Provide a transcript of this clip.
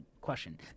question